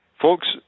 Folks